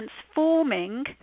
transforming